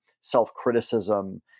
self-criticism